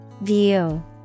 View